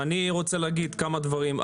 אני רוצה לומר כמה דברים.